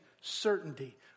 certainty